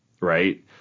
right